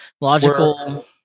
logical